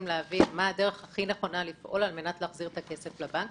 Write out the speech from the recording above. לראות מה הדרך הכי נכונה לפעול על מנת להחזיר את הכסף לבנק.